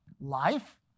life